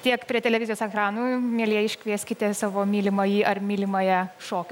tiek prie televizijos ekranų mielieji iškvieskite savo mylimąjį ar mylimąją šokio